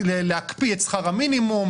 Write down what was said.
להקפיא את שכר המינימום,